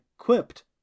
equipped